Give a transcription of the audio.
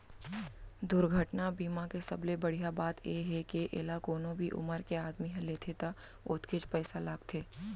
दुरघटना बीमा के सबले बड़िहा बात ए हे के एला कोनो भी उमर के आदमी ह लेथे त ओतकेच पइसा लागथे